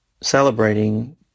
celebrating